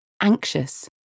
anxious